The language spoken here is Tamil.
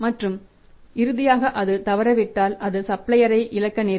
மற்றும் இறுதியாக அது தவறவிட்டால் அது சப்ளையரைக் இழக்க நேரிடும்